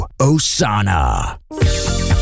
Osana